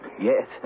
Yes